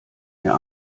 mir